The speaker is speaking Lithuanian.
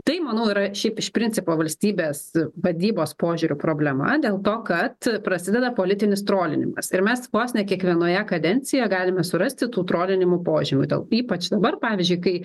tai manau yra šiaip iš principo valstybės vadybos požiūriu problema dėl to kad prasideda politinis trolinimas ir mes vos ne kiekvienoje kadencijoje galime surasti tų trolinimų požymių ypač dabar pavyzdžiui kai